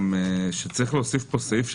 צריך להוסיף כאן סעיף,